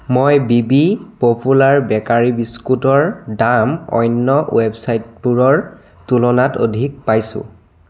মই BB popular bakery বিস্কুটৰ দাম অন্য ৱেবছাইটবোৰৰ তুলনাত অধিক পাইছোঁ